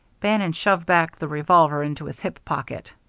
bannon shoved back the revolver into his hip pocket.